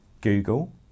Google